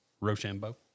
Rochambeau